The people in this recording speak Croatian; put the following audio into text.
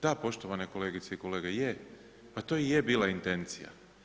Da, poštovane kolegice i kolege, je, pa to i je bila intencija.